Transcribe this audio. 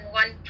one